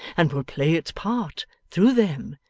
and will play its part, through them,